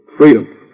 Freedom